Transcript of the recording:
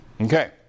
Okay